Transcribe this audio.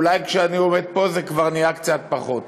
אולי כשאני עומד פה זה כבר נהיה קצת פחות.